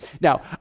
Now